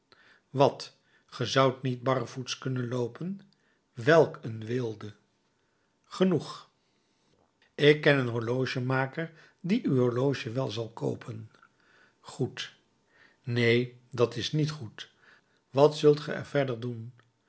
wat ge zoudt niet barrevoets kunnen loopen welk een weelde genoeg ik ken een horlogemaker die uw horloge wel zal koopen goed neen dat is niet goed wat zult ge verder doen